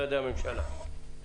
היושב-ראש.